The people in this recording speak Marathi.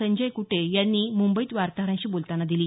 संजय कुटे यांनी मुंबईत वार्ताहरांशी बोलतांना दिली